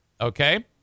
Okay